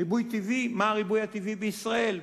ריבוי טבעי, מה הריבוי הטבעי בישראל?